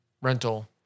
rental